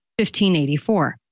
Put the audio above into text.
1584